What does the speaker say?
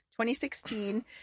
2016